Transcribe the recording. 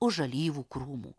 už alyvų krūmų